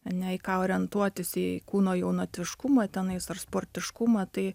ane į ką orientuotis į kūno jaunatviškumą tenais ar sportiškumą tai